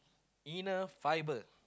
inner fibre